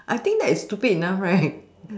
I think that is stupid enough right